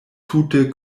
tute